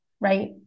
right